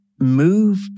move